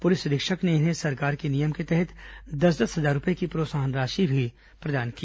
police अधीक्षक ने इन्हें सरकार के नियम के तहत दस दस हजार रूपये की प्रोत्साहन राशि भी प्रदान की